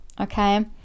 okay